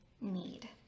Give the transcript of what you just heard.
need